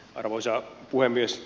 arvoisa puhemies